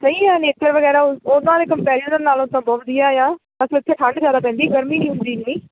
ਸਹੀ ਹੈ ਨੇਚਰ ਵਗੈਰਾ ਉਨ੍ਹਾਂ ਦੇ ਕੰਪੈਰੀਜਨ ਨਾਲੋਂ ਤਾਂ ਬਹੁਤ ਵਧੀਆ ਆ ਬਸ ਉੱਥੇ ਠੰਡ ਜ਼ਿਆਦਾ ਪੈਂਦੀ ਗਰਮੀ ਨਹੀਂ ਹੁੰਦੀ ਐਨੀ